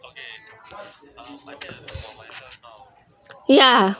ya